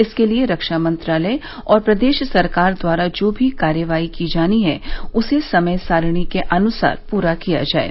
इसके लिये रक्षा मंत्रालय और प्रदेश सरकार द्वारा जो भी कार्रवाई की जानी है उसे समय सारिणी के अनुसार पूरा किया जाये